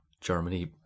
Germany